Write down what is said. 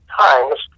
times